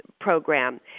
Program